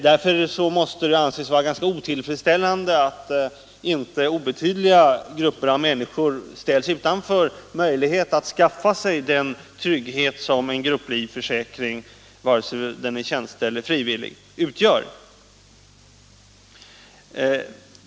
Därför måste det anses vara ganska otillfredsställande att rätt betydande grupper av människor ställs utanför möjlighet att skaffa sig den trygghet som en grupplivförsäkring utgör, vare sig den är tjänsteanknuten eller frivillig.